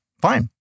fine